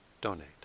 donate